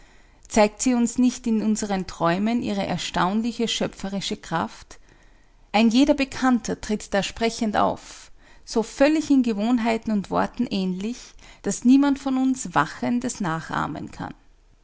zeigt sie uns nicht in unseren träumen ihre erstaunliche schöpferische kraft ein jeder bekannter tritt da sprechend auf so völlig in gewohnheiten und worten ähnlich daß niemand von uns wachend es nachahmen kann